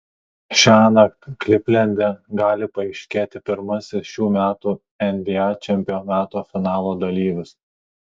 šiąnakt klivlende gali paaiškėti pirmasis šių metų nba čempionato finalo dalyvis